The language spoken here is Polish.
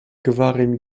gwarem